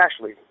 Ashley